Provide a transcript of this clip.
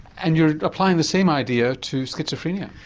and you're applying the same idea to schizophrenia?